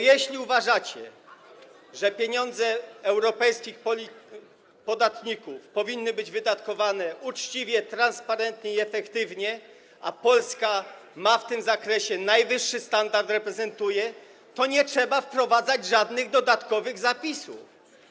Jeśli uważacie, że pieniądze europejskich podatników powinny być wydatkowane uczciwie, transparentnie i efektywnie, a Polska reprezentuje w tym zakresie najwyższy standard, to nie trzeba wprowadzać żadnych dodatkowych zapisów.